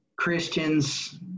Christians